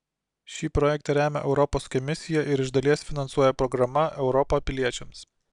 šį projektą remia europos komisija ir iš dalies finansuoja programa europa piliečiams